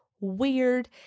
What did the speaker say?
weird